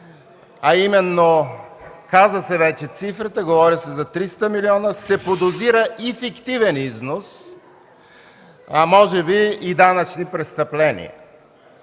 а именно, каза се вече цифрата, говори се за 300 милиона, се подозира и фиктивен износ, а може би и данъчно престъпление.